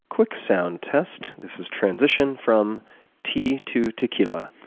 quick sound test. this is transition from tea to tequila.